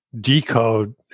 decode